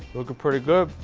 looking pretty good.